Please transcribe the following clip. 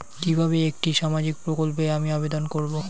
কিভাবে একটি সামাজিক প্রকল্পে আমি আবেদন করব?